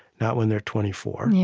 not when they're twenty four. and yeah